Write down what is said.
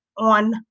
on